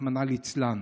רחמנא לצלן.